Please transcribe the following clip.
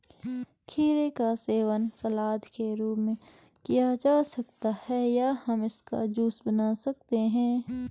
खीरे का सेवन सलाद के रूप में किया जा सकता है या हम इसका जूस बना सकते हैं